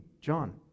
John